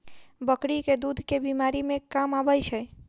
बकरी केँ दुध केँ बीमारी मे काम आबै छै?